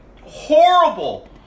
horrible